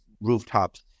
rooftops